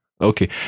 Okay